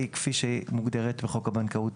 היא כפי שמוגדרת בחוק הבנקאות